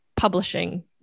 publishing